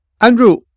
Andrew